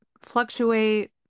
fluctuate